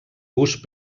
gust